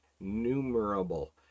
innumerable